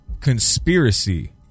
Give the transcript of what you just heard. conspiracy